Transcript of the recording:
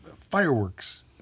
fireworks